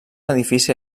edifici